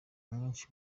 mwinshi